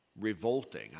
Revolting